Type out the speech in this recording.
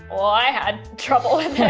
i had trouble with it.